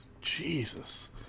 Jesus